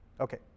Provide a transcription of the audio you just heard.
Okay